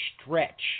stretch